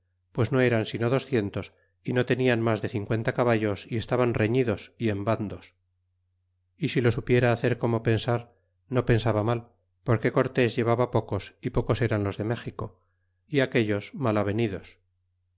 pues no eran sino docientos y no tenian mas e de cincuenta caballos y estaban reñidos y en vandos é si lo e supiera hacer como pensar no pensaba mal porque cortés llee vaba pocos y pocos eran los de méxico y aquellos mal avenie